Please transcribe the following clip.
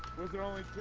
those are all